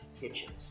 kitchens